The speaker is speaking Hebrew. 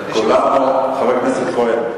חבר הכנסת כהן.